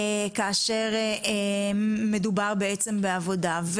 כאשר מדובר בעצם בעבודה.